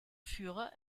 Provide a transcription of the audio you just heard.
führer